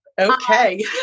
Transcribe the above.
Okay